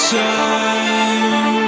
time